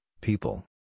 People